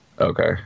Okay